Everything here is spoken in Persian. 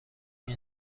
این